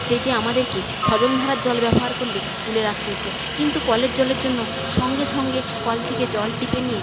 সেইটি আমাদেরকে সজলধারার জল ব্যবহার করলে তুলে রাখতে হতো কিন্তু কলের জলের জন্য সঙ্গে সঙ্গে কল থেকে জল টিপে নিয়ে